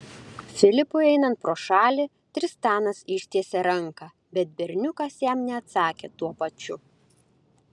filipui einant pro šalį tristanas ištiesė ranką bet berniukas jam neatsakė tuo pačiu